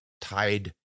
tied